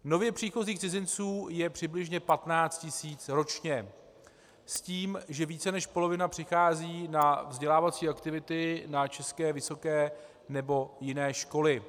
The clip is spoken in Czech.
Nově příchozích cizinců je přibližně 15 tisíc ročně s tím, že více než polovina přichází na vzdělávací aktivity na české vysoké nebo jiné školy.